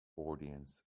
audience